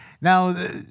Now